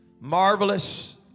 Marvelous